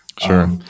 Sure